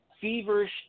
Feverish